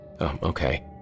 Okay